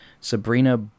Sabrina